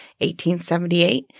1878